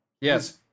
yes